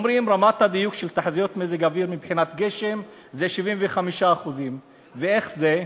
אומרים שרמת הדיוק של תחזיות מזג אוויר מבחינת הגשם היא 75%. ואיך זה?